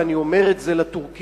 ואני אומר את זה לטורקים,